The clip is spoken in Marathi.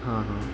हां हां